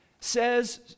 says